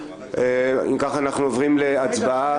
אם כך אנחנו עוברים להצבעה.